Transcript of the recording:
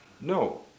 No